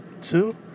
two